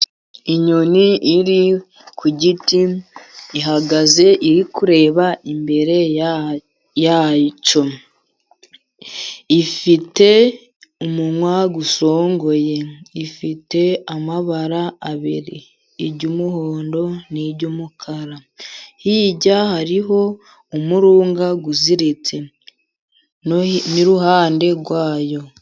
Inyoni iri ku giti ihagaze iri kureba imbere yacyo, ifite umunwa usongoye, ifite amabara abiri iry'umuhondo n'iry'umukara. Hirya hariho umurunga uziriritse iruhande rwayo.